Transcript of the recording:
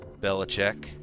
Belichick